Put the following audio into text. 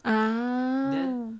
ah